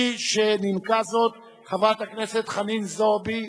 שנימקה חברת הכנסת חנין זועבי.